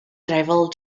divulge